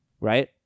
right